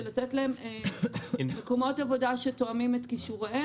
לתת להם מקומות עבודה שתואמים את כישוריהם.